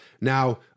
Now